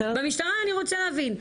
במשטרה אני רוצה להבין.